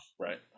Right